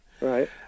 Right